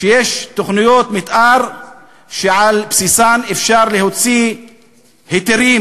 שיש תוכניות מתאר שעל בסיסן אפשר להוציא היתרים.